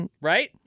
Right